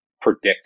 predict